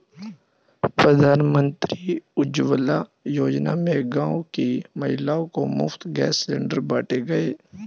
प्रधानमंत्री उज्जवला योजना में गांव की महिलाओं को मुफ्त गैस सिलेंडर बांटे गए